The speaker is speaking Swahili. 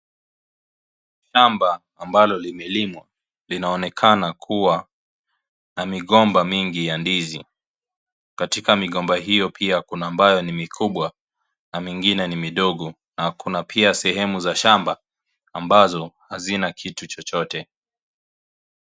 Shamba ambalo limelimwa linaonekana kuwa na migomba mingi ya ndizi, katika migomba hiyo pia kuna ambayo ni mikubwa na mingine ni midogo na kuna pia sehemu za shamba ambazo hazina kitu chochote.